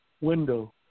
window